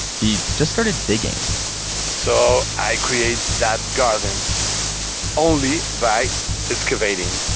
he just started digging so, i create that garden only by excavating,